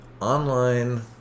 online